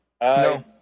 No